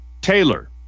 Taylor